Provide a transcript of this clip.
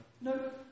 no